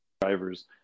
drivers